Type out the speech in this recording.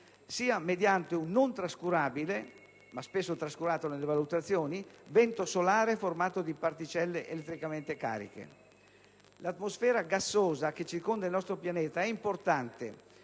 sia mediante un non trascurabile (ma spesso trascurato nelle valutazioni) vento solare formato da particelle elettricamente cariche. L'atmosfera gassosa che circonda il nostro pianeta è importante,